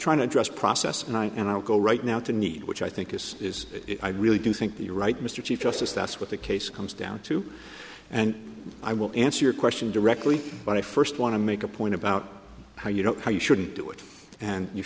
trying to address process and i'll go right now to need which i think is is i really do think the you're right mr chief justice that's what the case comes down to and i will answer your question directly but i first want to make a point about how you know how you shouldn't do it and you